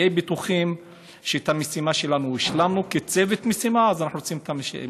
בטוחים שאת המשימה שלנו השלמנו כצוות משימה,